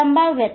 संभाव्यता